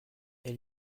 elle